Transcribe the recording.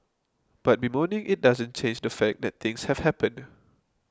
but bemoaning it doesn't change the fact that things have happened